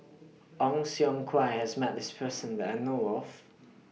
Ong Siong Kai has Met This Person that I know of